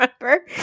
remember